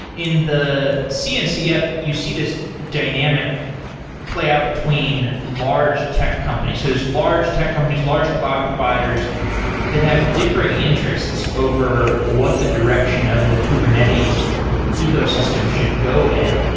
in the cncf, you see this dynamic play out between large tech companies. these large tech companies, large cloud providers that have differing interests over what the direction of the kubernetes ecosystem should go in.